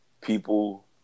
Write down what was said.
people